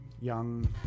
young